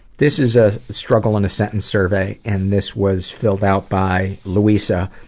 this is a struggle in a sentence survey, and this was filled out by louisa,